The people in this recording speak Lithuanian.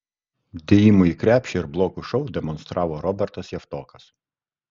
dėjimų į krepšį ir blokų šou demonstravo robertas javtokas